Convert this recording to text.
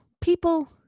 people